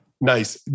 Nice